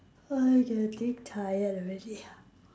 I getting tired already ah